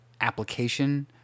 application